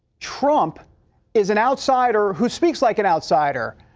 trump is an outsider who speaks like an outsider.